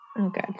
Okay